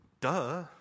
duh